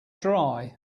dry